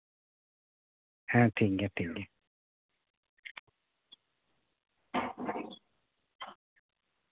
ᱦᱮᱸ ᱴᱷᱤᱠ ᱜᱮᱭᱟ ᱴᱷᱤᱠ ᱜᱮᱭᱟ